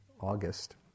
August